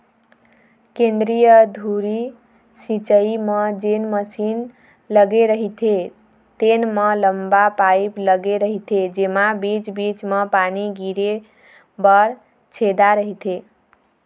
केंद्रीय धुरी सिंचई म जेन मसीन लगे रहिथे तेन म लंबा पाईप लगे रहिथे जेमा बीच बीच म पानी गिरे बर छेदा रहिथे